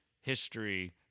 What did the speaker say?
history